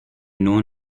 known